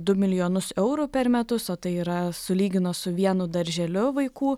du milijonus eurų per metus o tai yra sulygino su vienu darželiu vaikų